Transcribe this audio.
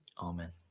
Amen